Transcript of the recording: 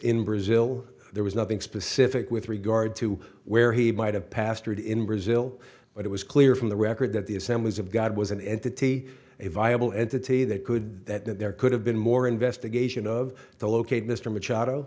in brazil there was nothing specific with regard to where he might have pastored in brazil but it was clear from the record that the assemblies of god was an entity a viable entity that could that there could have been more investigation of the locate mr machado